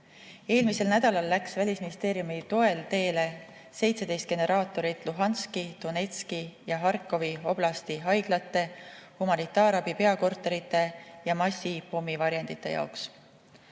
Eelmisel nädalal läks Välisministeeriumi toel teele 17 generaatorit Luhanski, Donetski ja Harkivi oblasti haiglate humanitaarabi peakorterite ja massi-pommivarjendite jaoks,